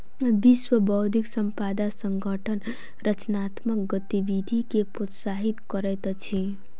विश्व बौद्धिक संपदा संगठन रचनात्मक गतिविधि के प्रोत्साहित करैत अछि